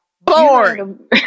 Born